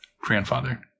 grandfather